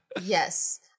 Yes